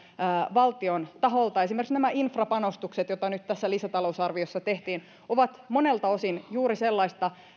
valtion taholta esimerkiksi nämä infrapanostukset joita nyt tässä lisätalousarviossa tehtiin ovat monelta osin juuri sellaista